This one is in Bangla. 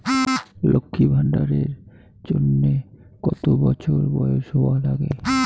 লক্ষী ভান্ডার এর জন্যে কতো বছর বয়স হওয়া লাগে?